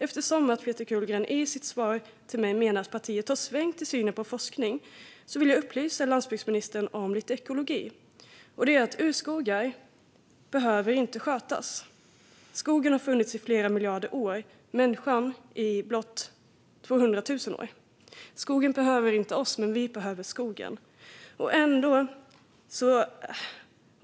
Eftersom Peter Kullgren i sitt svar till mig menar att partiet har svängt i synen på forskning vill jag upplysa honom lite om ekologi. Urskogar behöver inte skötas. Skogen har funnits i flera miljarder år och människan i blott 200 000 år. Skogen behöver inte oss, men vi behöver skogen.